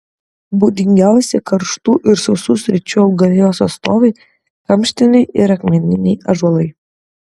būdingiausi karštų ir sausų sričių augalijos atstovai kamštiniai ir akmeniniai ąžuolai